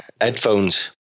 Headphones